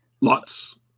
Lots